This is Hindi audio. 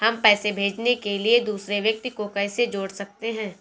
हम पैसे भेजने के लिए दूसरे व्यक्ति को कैसे जोड़ सकते हैं?